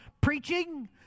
Preaching